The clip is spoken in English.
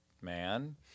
man